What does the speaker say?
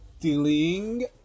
dealing